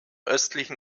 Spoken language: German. östlichen